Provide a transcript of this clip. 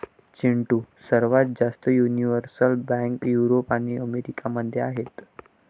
चिंटू, सर्वात जास्त universal bank Europe आणि अमेरिका मध्ये आहेत